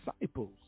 disciples